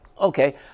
okay